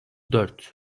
dört